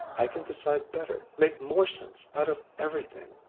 i can decide better, make more sense out of everything,